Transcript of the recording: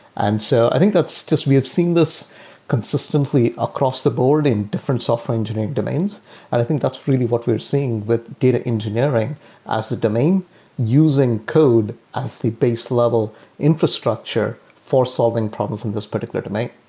and so i think that's just we've seen this consistently across the board in different software engineering domains, and i think that's really what we're seeing with data engineering as the domain using code as the base level infrastructure for solving problems in this particular domain.